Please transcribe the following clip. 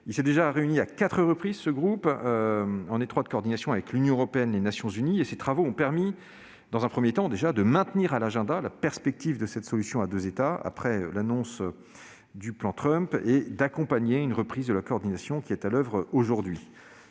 s'est déjà réuni à quatre reprises, en étroite coordination avec l'Union européenne et les Nations unies. Ses travaux ont permis dans un premier temps de maintenir à l'agenda la perspective de cette solution à deux États, après l'annonce du plan Trump, et d'accompagner une reprise de la coordination qui est aujourd'hui